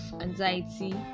anxiety